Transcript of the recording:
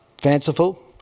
Fanciful